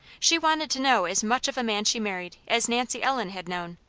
she wanted to know as much of a man she married as nancy ellen had known,